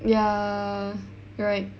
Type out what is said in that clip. ya correct